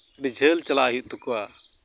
ᱟᱹᱰᱤ ᱡᱷᱟᱹᱞ ᱪᱟᱞᱟᱜ ᱦᱩᱭᱩᱜ ᱛᱟᱠᱚᱣᱟ